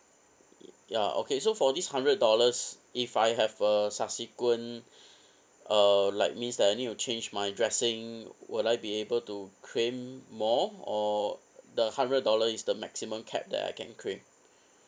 ya okay so for this hundred dollars if I have a subsequent uh like means that I need to change my dressing will I be able to claim more or the hundred dollar is the maximum cap that I can claim